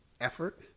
effort